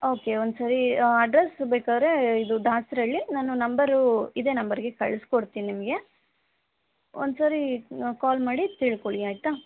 okay ಒಂದ್ಸರಿ address ಬೇಕಾದ್ರೆ ಇದು ದಾಸರಳ್ಳಿ ನಾನು ನಂಬರೂ ಇದೇ ನಂಬರ್ಗೆ ಕಳಿಸ್ಕೊಡ್ತೀನಿ ನಿಮಗೆ ಒಂದ್ಸರಿ ಕಾಲ್ ಮಾಡಿ ತಿಳ್ಕೊಳ್ಳಿ ಆಯ್ತಾ